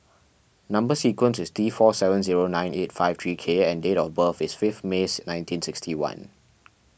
Number Sequence is T four seven zero nine eight five three K and date of birth is fifth May nineteen sixty one